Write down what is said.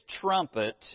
trumpet